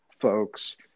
folks